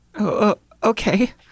Okay